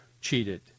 cheated